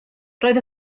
roedd